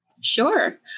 Sure